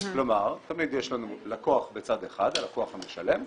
כלומר, תמיד יש לנו לקוח בצד אחד, הלקוח המשלם,